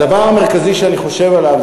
הדבר המרכזי שאני חושב עליו,